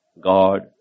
God